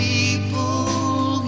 People